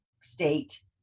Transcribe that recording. state